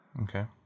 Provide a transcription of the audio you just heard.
Okay